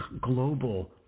global